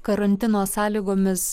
karantino sąlygomis